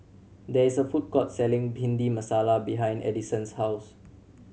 there is a food court selling Bhindi Masala behind Edison's house